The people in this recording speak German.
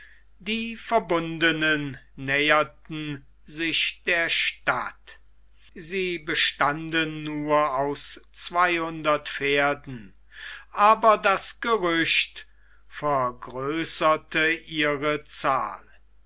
die verbundenen näherten sich der stadt sie bestanden nur aus zweihundert pferden aber das gerücht vergrößerte ihre zahl